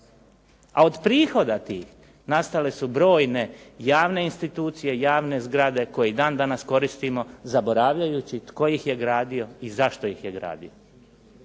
A od prihoda tih nastale su brojne javne institucije, javne zgrade koje dan danas koristimo zaboravljajući tko ih je gradio i zašto ih je gradio.